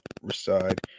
reside